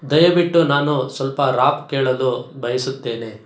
ದಯವಿಟ್ಟು ನಾನು ಸ್ವಲ್ಪ ರಾಪ್ ಕೇಳಲು ಬಯಸುತ್ತೇನೆ